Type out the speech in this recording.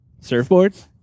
Surfboards